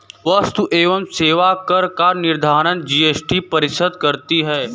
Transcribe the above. वस्तु एवं सेवा कर का निर्धारण जीएसटी परिषद करती है